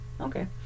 Okay